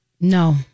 No